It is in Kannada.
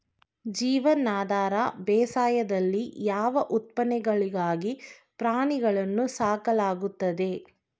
ಜೀವನಾಧಾರ ಬೇಸಾಯದಲ್ಲಿ ಯಾವ ಉತ್ಪನ್ನಗಳಿಗಾಗಿ ಪ್ರಾಣಿಗಳನ್ನು ಸಾಕಲಾಗುತ್ತದೆ?